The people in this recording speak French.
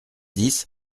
dix